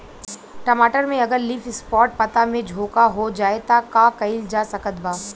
टमाटर में अगर लीफ स्पॉट पता में झोंका हो जाएँ त का कइल जा सकत बा?